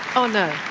oh no.